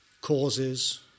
causes